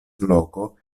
loko